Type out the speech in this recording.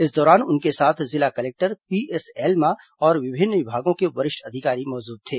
इस दौरान उनके साथ जिला कलेक्टर पीएस एल्मा और विभिन्न विभागों के वरिष्ठ अधिकारी मौजूद थे